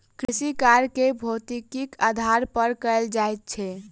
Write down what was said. कृषिकार्य के भौतिकीक आधार पर कयल जाइत छै